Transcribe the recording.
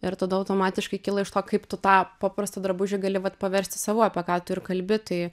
ir tada automatiškai kyla iš to kaip tu tą paprastą drabužį gali paversti savu apie ką tu ir kalbi tai